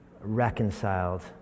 reconciled